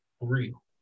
real